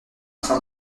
train